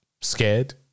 scared